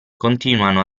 continuano